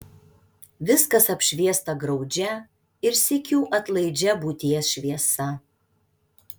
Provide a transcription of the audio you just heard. viskas apšviesta graudžia ir sykiu atlaidžia būties šviesa